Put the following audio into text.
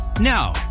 Now